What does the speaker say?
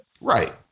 Right